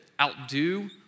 outdo